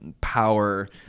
power